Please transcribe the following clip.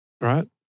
right